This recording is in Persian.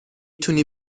تونی